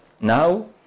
Now